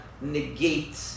negate